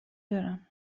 دارم